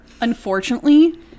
Unfortunately